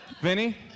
Vinny